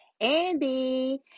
Andy